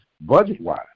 budget-wise